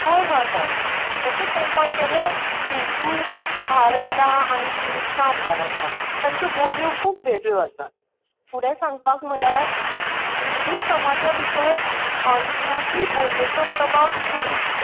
हय हय हय तशें पळोवपाक गेल्यार हिंदू भावंडा आनी किरिस्तांव भावंडा तांच्यो बोलयो खूब वेगळो आसात फुडें सांगपा म्हळ्यार हिंदू समाजा भितर अंत्रृजी बोलयेचो प्रभाव दिसून येता